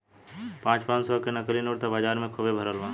पाँच पाँच सौ के नकली नोट त बाजार में खुब भरल बा